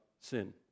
sin